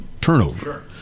turnover